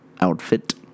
outfit